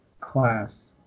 class